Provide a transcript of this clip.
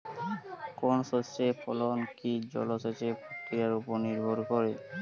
কোনো শস্যের ফলন কি জলসেচ প্রক্রিয়ার ওপর নির্ভর করে?